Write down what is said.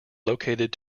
located